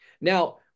Now